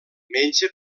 menja